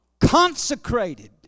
Consecrated